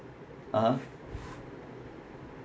(uh huh)